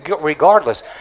regardless